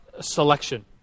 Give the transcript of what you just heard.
selection